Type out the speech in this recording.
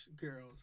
girls